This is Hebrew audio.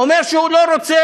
הערבים לא נוהרים,